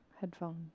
headphone